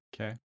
Okay